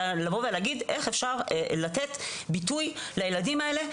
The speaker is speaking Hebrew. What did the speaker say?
אלא לבוא ולהגיד איך אפשר לתת ביטוי לילדים האלה,